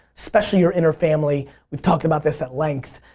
especially your inner family. we've talked about this at length.